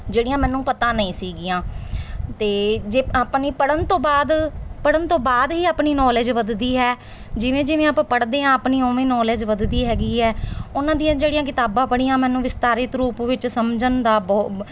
ਜਿਹੜੀਆਂ ਮੈਨੂੰ ਪਤਾ ਨਹੀਂ ਸੀਗੀਆਂ ਅਤੇ ਜੇ ਆਪਾਂ ਨੇ ਪੜ੍ਹਨ ਤੋਂ ਬਾਅਦ ਪੜ੍ਹਨ ਤੋਂ ਬਾਅਦ ਹੀ ਆਪਣੀ ਨੌਲੇਜ ਵਧਦੀ ਹੈ ਜਿਵੇਂ ਜਿਵੇਂ ਆਪਾਂ ਪੜ੍ਹਦੇ ਹਾਂ ਆਪਣੀ ਉਵੇਂ ਨੌਲੇਜ ਵਧਦੀ ਹੈਗੀ ਹੈ ਉਹਨਾਂ ਦੀਆਂ ਜਿਹੜੀਆਂ ਕਿਤਾਬਾਂ ਪੜ੍ਹੀਆਂ ਮੈਨੂੰ ਵਿਸਤਾਰਿਤ ਰੂਪ ਵਿੱਚ ਸਮਝਣ ਦਾ ਬਹੁ